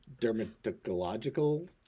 dermatological